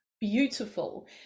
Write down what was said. beautiful